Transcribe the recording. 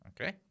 Okay